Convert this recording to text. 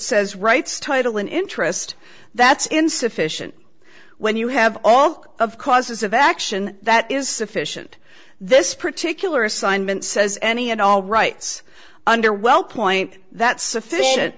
says rights title an interest that's insufficient when you have all of causes of action that is sufficient this particular assignment says any and all rights under wellpoint that sufficient